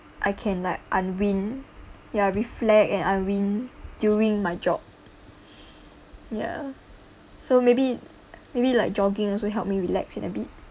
I can like unwind ya reflect and unwind during my job ya so maybe maybe like jogging also help me relaxing a bit